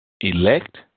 elect